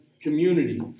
community